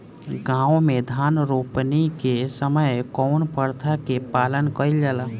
गाँव मे धान रोपनी के समय कउन प्रथा के पालन कइल जाला?